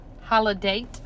Holiday